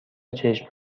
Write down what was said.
چشم